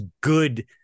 good